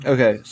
Okay